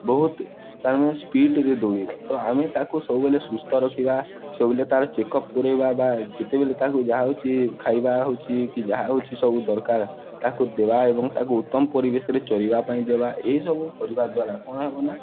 ବହୁତ ତମେ ସ୍ପିଡ଼୍ରେ ଦୌଡ଼ିବ ତ ଆମେ ତାକୁ ସବୁବେଳେ ସୁସ୍ଥ ରଖିବା ସବୁବେଳେ ତା'ର ଚେକ୍ ଅପ୍ କରାଇବା ବା ଯେତେବେଳେ ତାକୁ ଯାହା ହେଉଛି ଖାଇବା ହେଉଛି କି ଯାହା ହେଉଛି ସବୁ ଦରକାର ତାକୁ ଦେବା ଏବଂ ତାକୁ ଉତ୍ତମ ପରିବେଶରେ ଚରିବା ପାଇଁ ଦେବା ଏହିସବୁ ପର ଦ୍ୱାରା କ'ଣ ହେବ ନା